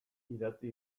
idatzi